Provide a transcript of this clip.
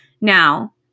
Now